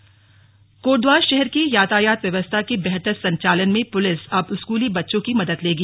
यातायात छात्र कोटद्वार शहर की यातायात व्यवस्था के बेहतर संचालन में पुलिस अब स्कूली बच्चों की मदद लेगी